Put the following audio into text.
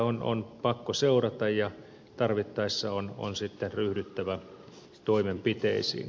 sitä on pakko seurata ja tarvittaessa on sitten ryhdyttävä toimenpiteisiin